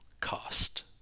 cost